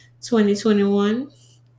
2021